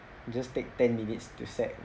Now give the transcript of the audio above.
just take ten minutes to sack